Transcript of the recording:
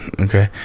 Okay